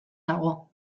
dago